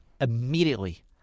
immediately